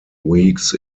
weeks